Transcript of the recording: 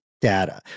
data